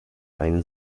einen